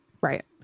Right